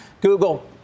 Google